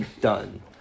Done